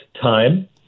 time